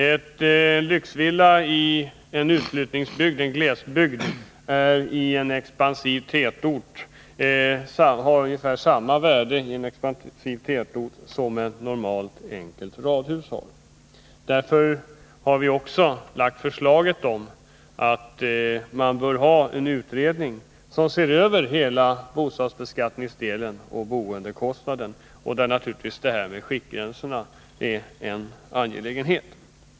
En lyxvilla i en glesbygd har ungefär samma värde som ett normalt enkelt radhus i en expansiv tätort. Därför har vi lagt fram förslaget om att en utredning bör se över hela bostadsbeskattningsdelen och boendekostnaderna, där naturligtvis frågan om skiktgränserna är en angelägenhet.